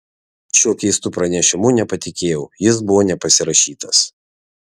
šiuo keistu pranešimu nepatikėjau jis buvo nepasirašytas